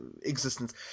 existence